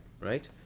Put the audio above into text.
right